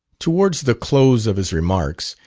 towards the close of his remarks,